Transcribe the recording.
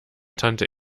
tante